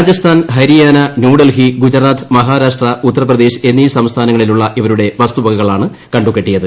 രാജസ്ഥാൻ ഹരിയാന ന്യൂഡൽഹി ഗുജറാത്ത് മഹാരാഷ്ട്ര ഉത്തർപ്രദേശ് എന്നീ സംസ്ഥാനങ്ങളിലുള്ള ഇവരുടെ വസ്തുവകകളാണ് കണ്ടുകെട്ടിയത്